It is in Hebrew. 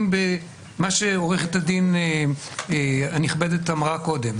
במה שעורכת הדין הנכבדת אמרה קודם,